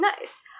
Nice